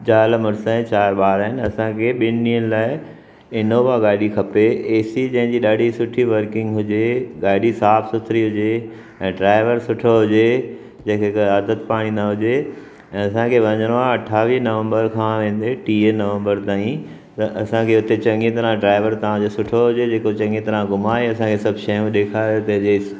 ज़ाल मुड़ुस ऐं चारि ॿार आहिनि असांखे ॿिनि ॾींहंनि लाइ इनोवा गाॾी खपे ए सी जंहिंजी ॾाढी सुठी वर्किंग हुजे गाॾी साफ़ु सुथिरी हुजे ऐं ड्राइवर सुठो हुजे जंहिंजे काई आदत पाणी न हुजे ऐं असांखे वञिणो आहे अठावीह नवंबर खां वेंदे टीह नवंबर ताईं त असांखे हुते चङी तरह ड्राइवर तव्हां जो सुठो हुजे जेको चङी तरह घुमाए असांखे सभु शयूं ॾेखारे ते जेस